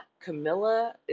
Camilla